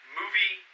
movie